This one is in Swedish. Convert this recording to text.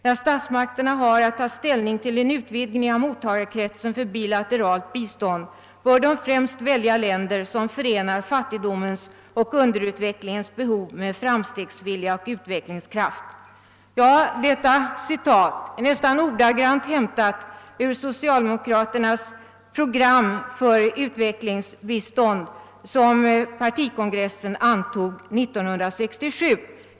När statsmakterna har att ta ställning till en utvidgning av mottagarkretsen för bilateralt bistånd, bör de främst välja länder som förenar fattigdomens och underutvecklingens behov med framstegsvilja och utvecklingskraft.» Detta citat är nästan ordagrant hämtat ur socialdemokraternas program för utvecklingsbistånd, som partikongressen antog 1967.